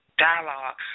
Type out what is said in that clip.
dialogue